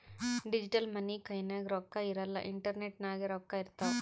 digital money ಕೈನಾಗ್ ರೊಕ್ಕಾ ಇರಲ್ಲ ಇಂಟರ್ನೆಟ್ ನಾಗೆ ರೊಕ್ಕಾ ಇರ್ತಾವ್